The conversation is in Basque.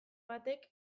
batek